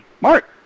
Mark